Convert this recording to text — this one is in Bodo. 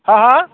हा हा